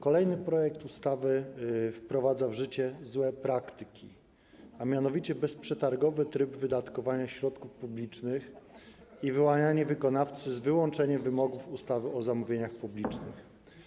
Kolejny projekt ustawy wprowadza w życie złe praktyki, a mianowicie bezprzetargowy tryb wydatkowania środków publicznych i wyłanianie wykonawcy z wyłączeniem wymogów ustawy o zamówieniach publicznych.